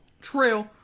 True